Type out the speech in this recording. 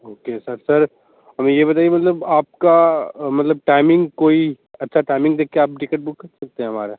okay sir sir हमें ये बताइए मतलब आपका मतलब टाइमिंग कोई अच्छा टाइमिंग देख के आप टिकट बुक कर सकते हैं हमारा